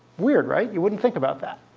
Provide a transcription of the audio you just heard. weird, right? you wouldn't think about that.